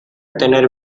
tener